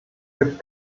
gibt